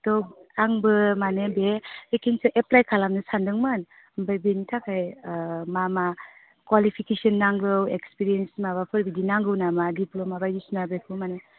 त' आंबो माने बे भेकेन्सि एप्लाइ खालामनो सान्दोंमोन ओमफ्राय बेनि थाखाय मा मा कुवालिफिकेसन नांगौ एक्सपिरियेन्स माबाफोर बिदि नांगौ नामा डिप्ल'मा बायदिसिना बेखौ माने